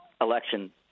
election